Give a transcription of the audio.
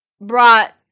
brought